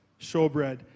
showbread